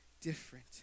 different